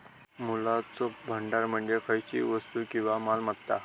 मूल्याचो भांडार म्हणजे खयचीव वस्तू किंवा मालमत्ता